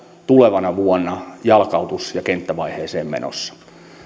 tulevana vuonna jalkautus ja kenttävaiheeseen menossa